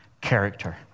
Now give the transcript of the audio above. character